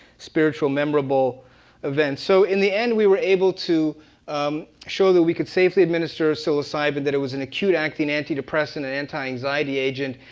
spiritual, memorable events. so in the end, we were able to um show that we could safely administer psilocybin. that it was an acute acting antidepressant and anti-anxiety agent,